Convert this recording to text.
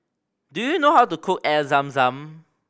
do you know how to cook Air Zam Zam